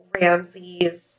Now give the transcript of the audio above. Ramsey's